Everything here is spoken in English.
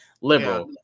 liberal